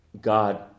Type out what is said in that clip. God